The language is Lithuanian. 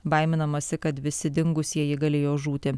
baiminamasi kad visi dingusieji galėjo žūti